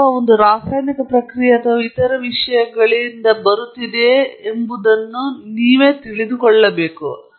ಅಥವಾ ಒಂದು ರಾಸಾಯನಿಕ ಪ್ರಕ್ರಿಯೆ ಮತ್ತು ಇನ್ನಿತರ ವಿಷಯಗಳಿಂದ ಬರುತ್ತಿದೆ ಎಂಬುದನ್ನು ನೀವು ತಿಳಿದುಕೊಳ್ಳಬೇಕು